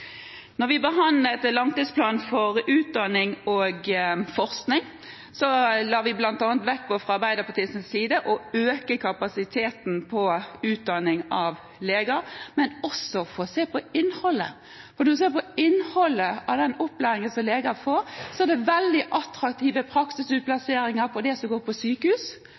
vi behandlet langtidsplanen for utdanning og forskning, la vi fra Arbeiderpartiets side bl.a. vekt på å øke kapasiteten på utdanning av leger, men også på å se på innholdet. Og når en ser på innholdet i den opplæringen som leger får, er det veldig attraktive praksisutplasseringer når det